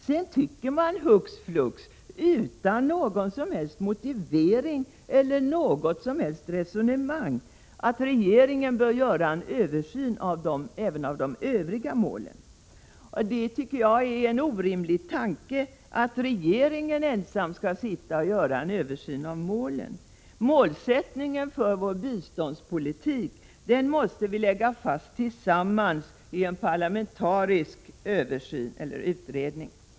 Sedan tycker man hux flux, utan någon som helst motivering eller något som helst resonemang, att regeringen bör göra en översyn även av de övriga målen. Jag tycker att det är en orimlig tanke att regeringen ensam skall sitta och göra en översyn av målen. Målsättningen för vår biståndspolitik måste vi lägga fast tillsammans i en parlamentarisk översyn eller utredning.